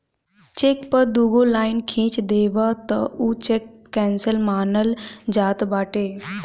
check पअ दुगो line खिंच देबअ तअ उ चेक केंसल मानल जात बाटे